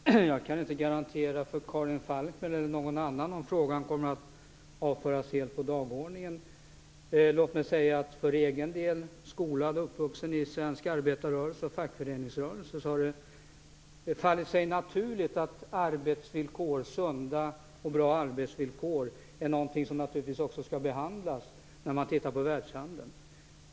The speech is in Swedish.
Herr talman! Jag kan inte garantera Karin Falkmer eller någon annan att frågan helt kommer att avföras från dagordningen. För egen del, skolad och uppvuxen i svensk arbetarrörelse och fackföreningsrörelse, faller det sig ändå naturligt att också sunda och bra arbetsvillkor är något som skall behandlas när man diskuterar världshandeln.